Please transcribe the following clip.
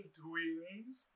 twins